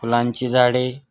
फुलांची झाडे